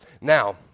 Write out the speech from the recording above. Now